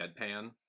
deadpan